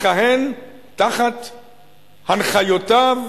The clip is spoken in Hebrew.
מכהן תחת הנחיותיו,